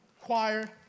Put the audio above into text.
Choir